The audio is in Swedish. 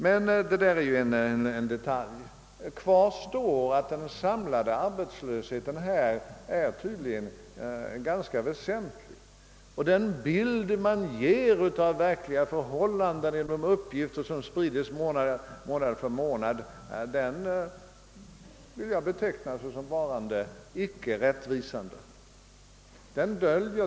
Men det är ju en detalj. Kvar står att den samlade arbetslösheten tydligen är ganska väsentlig och den bild man ger av verkliga förhållandet genom uppgifter som sprids månad efter månad vill jag beteckna som icke varande rättvisande.